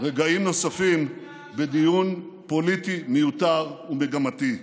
רגעים נוספים בדיון פוליטי מיותר ומגמתי.